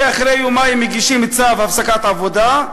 כי אחרי יומיים מגישים צו הפסקת עבודה,